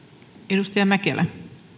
arvoisa puhemies